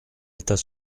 état